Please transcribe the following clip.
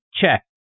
Check